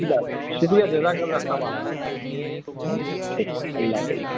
اچھی بات شُکریہ جزاک اللہ صاحب کا ٹھیک اللہ حافظ